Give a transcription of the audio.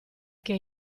che